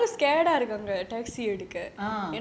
போட்டுட்டு வருது:potutu varuthu